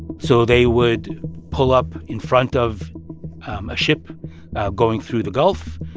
so they would pull up in front of a ship going through the gulf.